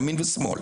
ימין ושמאל